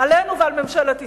עלינו ועל ממשלת ישראל,